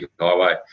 Highway